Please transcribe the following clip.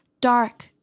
dark